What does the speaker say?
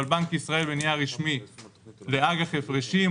אבל בנק ישראל בנייר רשמי לאג"ח הפרשים,